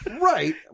Right